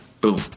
boom